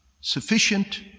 sufficient